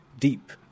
Deep